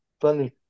funny